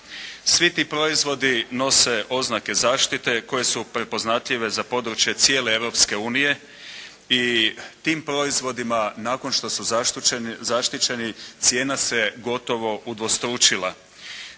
Svi ti proizvodi nose oznake zaštite koje su prepoznatljive za područje cijele Europske unije i tim proizvodima nakon što su zaštićeni cijena se gotovo udvostručila.